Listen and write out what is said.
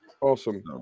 Awesome